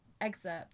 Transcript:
excerpt